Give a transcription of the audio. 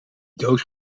doos